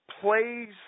plays